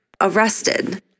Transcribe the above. arrested